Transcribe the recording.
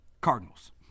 Cardinals